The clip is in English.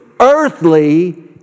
earthly